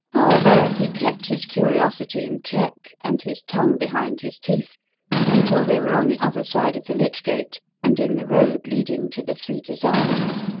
however, he kept his curiosity in check and his tongue behind his teeth until they were on the other side of the lich-gate and in the road leading to the three desires.